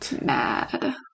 mad